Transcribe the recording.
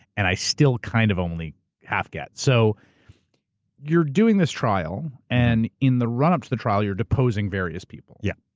and i still kind of only half get. so you're doing this trial and in the run up to the trial you're deposing various people. yeah.